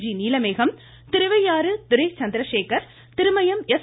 G Neelamegam Thiruvaiyaru Duraichandrasekar Thirumayam S